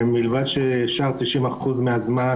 ש-90% מהזמן,